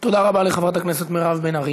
תודה רבה לחברת הכנסת מירב בן ארי.